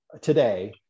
today